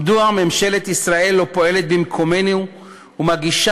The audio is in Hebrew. מדוע ממשלת ישראל לא פועלת במקומנו ומגישה